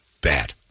bad